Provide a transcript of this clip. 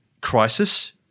crisis